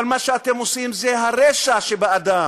אבל מה שאתם עושים זה הרשע שבאדם,